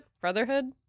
Brotherhood